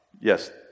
Yes